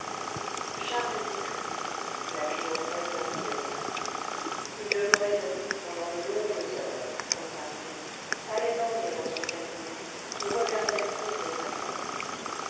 charles était triste la clientèle n'arrivait pas il demeurait assis pendant de longues heures sans parler allait dormir dans son cabinet ou regardait coudre sa femme